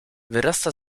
wyrasta